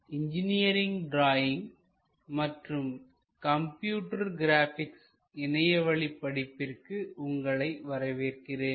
NPTEL லின் engineering drawing மற்றும் computer graphics இணையவழி படிப்பிற்கு உங்களை வரவேற்கிறேன்